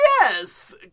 yes